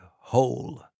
whole